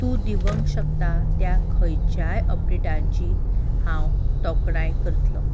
तूं दिवंक शकता त्या खंयच्याय अपडेटांची हांव तोखणाय करतलों